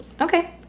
Okay